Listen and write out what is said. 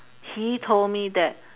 he told me that